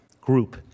group